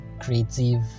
creative